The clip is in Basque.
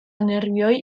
nerbioi